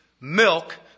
milk